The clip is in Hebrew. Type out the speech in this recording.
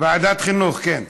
ועדת חינוך, כן.